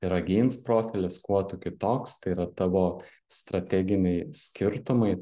yra geins profilis kuo tu kitoks tai yra tavo strateginiai skirtumai